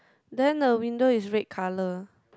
then the window is red colour